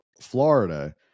florida